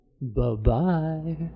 Bye-bye